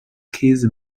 käse